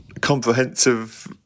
comprehensive